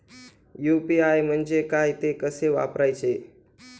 UPI म्हणजे काय, ते कसे वापरायचे?